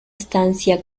estancia